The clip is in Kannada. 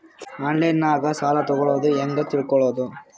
ಆನ್ಲೈನಾಗ ಸಾಲ ತಗೊಳ್ಳೋದು ಹ್ಯಾಂಗ್ ತಿಳಕೊಳ್ಳುವುದು?